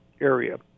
area